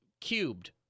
cubed